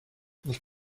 ich